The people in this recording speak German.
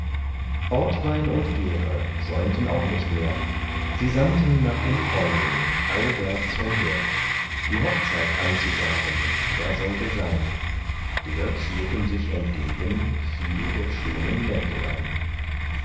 ortwein und gere säumten auch nicht mehr sie sandten nach den freunden allwärts umher die hochzeit anzusagen die da sollte sein der zierten sich entgegen viel der schönen mägdelein